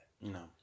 No